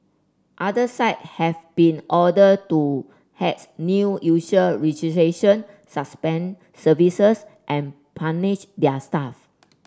other site have been ordered to hat new usual registration suspend services and punish their staff